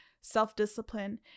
self-discipline